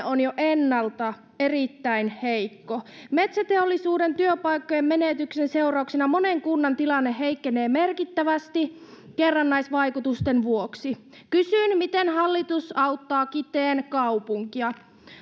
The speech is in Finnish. on jo ennalta erittäin heikko metsäteollisuuden työpaikkojen menetyksen seurauksena monen kunnan tilanne heikkenee merkittävästi kerrannaisvaikutusten vuoksi kysyn miten hallitus auttaa kiteen kaupunkia